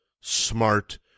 smart